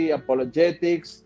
apologetics